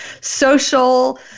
social